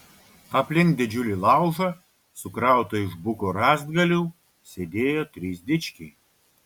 aplink didžiulį laužą sukrautą iš buko rąstgalių sėdėjo trys dičkiai